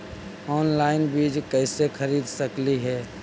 Online बीज कईसे खरीद सकली हे?